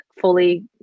fully